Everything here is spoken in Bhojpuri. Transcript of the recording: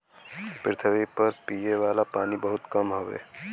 पृथवी पर पिए वाला पानी बहुत कम हउवे